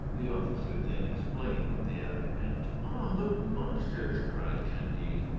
the officer then explained what the abbe meant. ah, the monsters! cried candide.